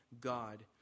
God